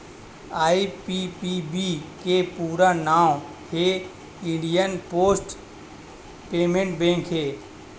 IPPB के पूरा नांव हे इंडिया पोस्ट पेमेंट बेंक हे